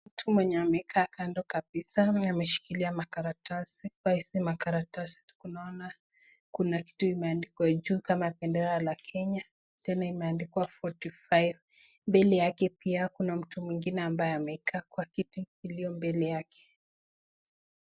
Mtu mwenye amekaa kando kabisa mwenye ameshikilia makaratasi. Kwa hizi makaratasi tunaona kuna kitu imeandikwa juu. Kuna bendera la Kenya. Tena imeandikwa forty five . Mbele yake pia kuna mtu mwingine ambaye amekaa kwa kiti iliyo mbele yake.